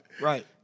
Right